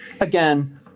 Again